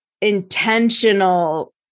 intentional